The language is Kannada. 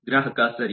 ಗ್ರಾಹಕ ಸರಿ